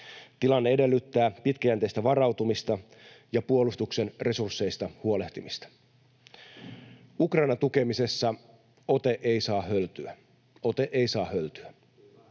Tilanne edellyttää pitkäjänteistä varautumista ja puolustuksen resursseista huolehtimista. Ukrainan tukemisessa ote ei saa höltyä — ote ei saa höltyä.